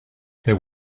there